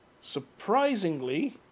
Surprisingly